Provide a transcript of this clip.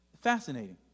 Fascinating